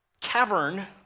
cavern